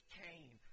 came